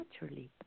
naturally